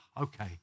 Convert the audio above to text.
okay